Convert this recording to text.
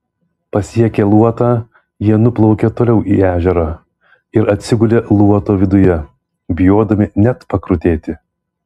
pasiekę luotą jie nuplaukė toliau į ežerą ir atsigulė luoto viduje bijodami net pakrutėti